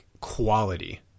quality